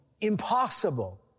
impossible